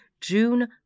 June